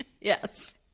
Yes